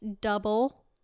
double